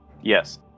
Yes